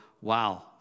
wow